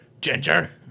Ginger